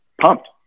pumped